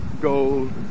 Gold